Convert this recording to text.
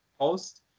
post